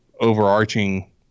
overarching